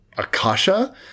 Akasha